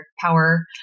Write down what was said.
power